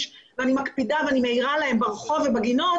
ואני מקפידה ואני מעירה להם ברחוב ובגינות,